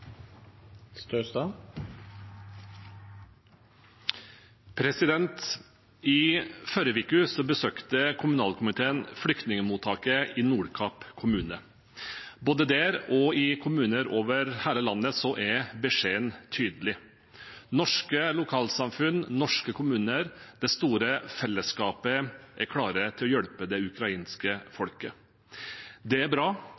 I forrige uke besøkte kommunalkomiteen flyktningmottaket i Nordkapp kommune. Både der og i kommuner over hele landet er beskjeden tydelig: Norske lokalsamfunn og norske kommuner, det store fellesskapet, er klare til å hjelpe det ukrainske folket. Det er bra,